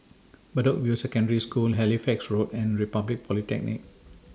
Bedok View Secondary School Halifax Road and Republic Polytechnic